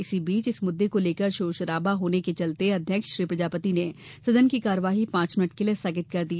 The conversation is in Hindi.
इसी बीच इस मुद्दे को लेकर शोरशराबा होने के चलते अध्यक्ष श्री प्रजापति ने सदन की कार्यवाही पांच मिनट के लिए स्थगित कर दी